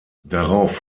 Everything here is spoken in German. darauf